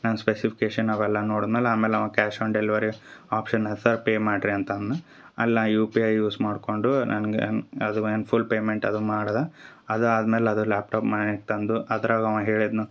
ನನ್ನ ಸ್ಪೆಸಿಫಿಕೇಷನ್ ಅವೆಲ್ಲ ನೋಡಿದ ಮೇಲೆ ಆಮೇಲೆ ಅವ ಕ್ಯಾಶ್ ಆನ್ ಡೆಲವರಿ ಆಪ್ಷನ್ನ ಸರ್ ಪೇ ಮಾಡ್ರಿ ಅಂತ ಅಂದ್ನ ಅಲ್ ನಾ ಯು ಪಿ ಐ ಯೂಸ್ ಮಾಡ್ಕೊಂಡು ನನ್ಗ ಏನು ಅದು ಏನು ಫುಲ್ ಪೇಮೆಂಟ್ ಅದನ್ನ ಮಾಡಿದ ಅದು ಆದ್ಮೇಲೆ ಅದು ಲ್ಯಾಪ್ಟಾಪ್ ಮನೆಗೆ ತಂದು ಅದ್ರಾಗ ಅವ ಹೇಳಿದ್ನ